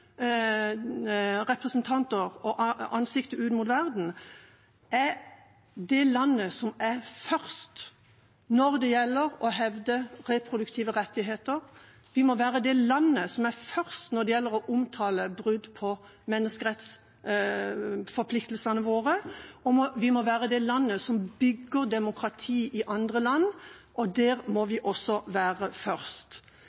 er først når det gjelder å hevde reproduktive rettigheter. Vi må være det landet som er først når det gjelder å omtale brudd på menneskerettsforpliktelsene våre, og vi må være det landet som bygger demokrati i andre land, og der må